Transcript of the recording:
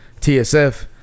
TSF